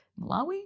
Malawi